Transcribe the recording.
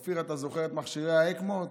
אופיר, אתה זוכר את מכשירי האקמו?